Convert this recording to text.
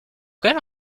quelle